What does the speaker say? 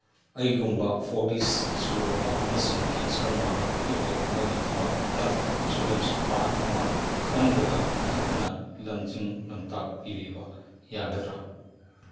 ꯑꯩꯒꯨꯝꯕ forty ꯁꯨꯔꯕ ꯑꯃꯁꯨꯡ cancer ꯅꯥꯕ ꯃꯤꯑꯣꯏ ꯑꯃꯒꯤꯗꯃꯛ ꯍꯦꯜꯠ ꯏꯟꯁꯨꯔꯦꯟꯁ ꯄ꯭ꯂꯥꯟ ꯑꯃ ꯈꯟꯕꯗ ꯅꯍꯥꯛꯅ ꯂꯝꯖꯤꯡ ꯂꯝꯇꯥꯛꯄꯤꯕ ꯌꯥꯒꯗ꯭ꯔꯥ